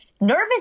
nervous